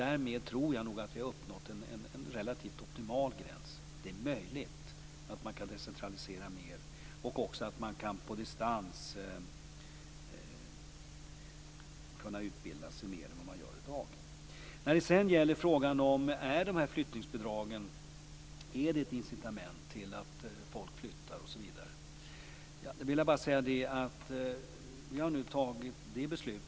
Jag tror att vi har uppnått en relativt optimal gräns. Det är möjligt att man kan decentralisera mer och också att man på distans kan utbilda sig i större omfattning än vad man gör i dag. När det sedan gäller frågan om flyttningsbidragen är ett incitament till att folk flyttar osv. vill jag bara säga att vi har fattat detta beslut.